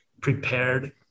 prepared